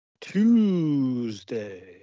Tuesday